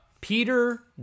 Peter